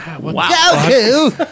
Wow